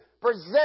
present